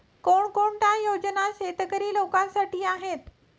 कोणकोणत्या योजना शेतकरी लोकांसाठी आहेत?